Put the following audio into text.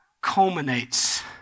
culminates